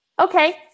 okay